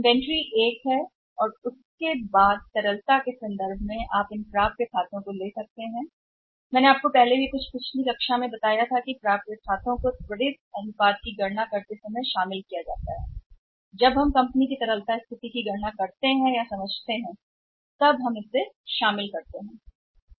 inventory एक है और उसके बाद में तरलता के संदर्भ में या तरलता की कमी के संदर्भ में इस खातों को पहले प्राप्य के रूप में गिना जा सकता है जैसा कि मैंने आपको कुछ पिछले वर्ग को बताया था जब आप गणना कर रहे होते हैं तो त्वरित अनुपात की गणना करते समय प्राप्तियों को शामिल किया जाता है जब आप फर्म की तरलता की गणना कर रहे हों तो त्वरित अनुपात की गणना करना हम फर्म की तरलता स्थिति को समझने वाली तरलता की गणना कर रहे थे